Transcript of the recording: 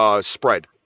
spread